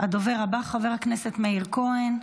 הדובר הבא, חבר הכנסת מאיר כהן,